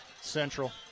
Central